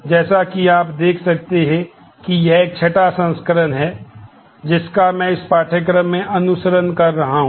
जैसा कि आप देख सकते हैं कि यह एक छठा संस्करण है जिसका मैं इस पाठ्यक्रम में अनुसरण कर रहा हूं